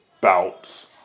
bouts